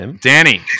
Danny